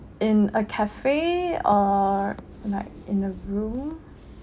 in a cafe or like in a room